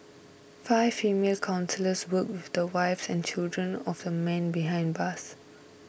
five female counsellors worked with the wives and children of the men behind bars